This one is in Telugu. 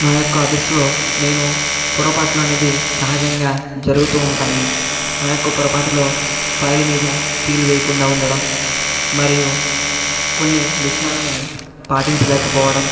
నా యొక్క ఆఫీసు లో నేను పొరపాట్లు అనేది సహజంగా జరుగుతూ ఉంటాయి ఆ యొక్క పొరపాటులో ఫైల్ మీద సీల్ వేయకుండా ఉండడం మరియు కొన్ని విషయాలను పాటించలేకపోవడం